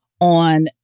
on